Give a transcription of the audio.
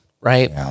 right